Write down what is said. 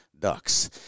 Ducks